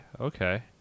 Okay